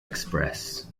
express